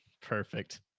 Perfect